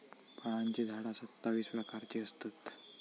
फळांची झाडा सत्तावीस प्रकारची असतत